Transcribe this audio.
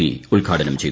P ഉദ്ഘാടനം ചെയ്തു